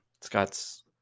Scott's